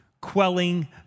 Quelling